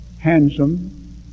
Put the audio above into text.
handsome